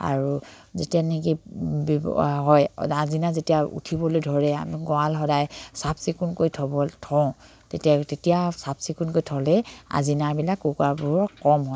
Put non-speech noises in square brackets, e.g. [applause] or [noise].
আৰু যেতিয়া নেকি হয় [unintelligible] আজিনা যেতিয়া উঠিবলৈ ধৰে আমি গঁৰাল সদায় চাফ চিকুণকৈ থ'ব থওঁ তেতিয়া তেতিয়া চাফ চিকুণকৈ থ'লে আজিনাবিলাক কুকুৰাবোৰৰ কম হয়